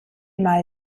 mal